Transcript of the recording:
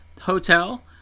Hotel